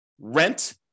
rent